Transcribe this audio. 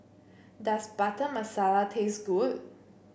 does Butter Masala taste good